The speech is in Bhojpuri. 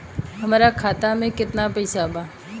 हमरा खाता मे केतना पैसा बा?